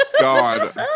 God